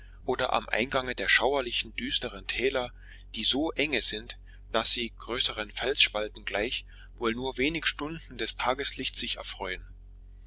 oder am eingange der schauerlichen düsteren täler die so enge sind daß sie größeren felsspalten gleich wohl nur wenig stunden des tageslichts sich erfreuen